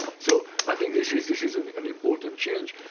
so i think this is this is an an important change,